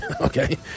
Okay